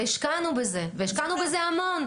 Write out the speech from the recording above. השקענו בזה המון,